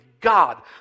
God